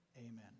Amen